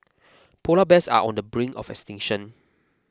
Polar Bears are on the brink of extinction